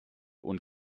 und